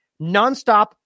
nonstop